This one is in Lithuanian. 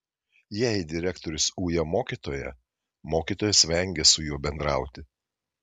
jei direktorius uja mokytoją mokytojas vengia su juo bendrauti